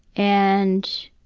and